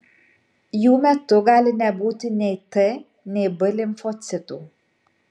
jų metu gali nebūti nei t nei b limfocitų